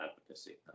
advocacy